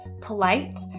polite